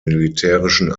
militärischen